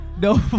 No